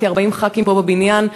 כ-40 ח"כים פה בבניין,